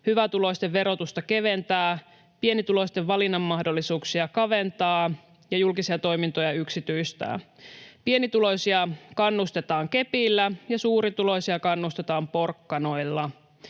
hyvätuloisten verotusta keventää, pienituloisten valinnanmahdollisuuksia kaventaa ja julkisia toimintoja yksityistää. Pienituloisia kannustetaan kepillä ja suurituloisia kannustetaan porkkanoilla.